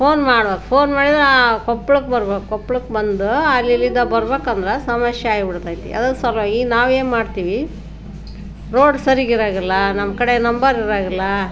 phone ಮಾಡ್ಬೇಕು phone ಮಾಡಿದ್ರೆ ಕೊಪ್ಪಳಕ್ಕೆ ಬರ್ಬೇಕು ಕೊಪ್ಪಳಕ್ಕೆ ಬಂದು ಅಲ್ಲಿ ಇಲ್ಲಿಂದ ಬರ್ಬೇಕು ಅಂದ್ರೆ ಸಮಸ್ಯೆ ಆಗ್ಬಿಡ್ತೈತಿ ಅದ್ರ ಸಲುವಾಗಿ ನಾವು ಏನ್ಮಾಡ್ತೀವಿ ರೋಡ್ ಸರೀಗಿರಂಗಿಲ್ಲ ನಮ್ಮ ಕಡೆ ನಂಬರ್ ಇರೋಂಗಿಲ್ಲಾ